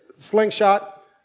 slingshot